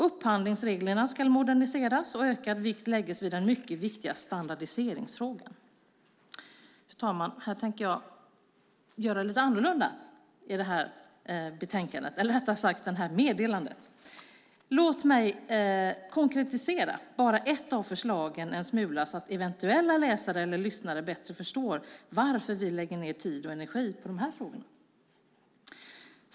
Upphandlingsreglerna ska moderniseras och ökad vikt läggas vid den mycket viktiga standardiseringsfrågan. Fru talman! Jag tänkte göra lite annorlunda när jag kommenterar meddelandet. Låt mig konkretisera bara ett av förslagen en smula så att eventuella läsare eller lyssnare bättre förstår varför vi lägger ned tid och energi på dessa frågor.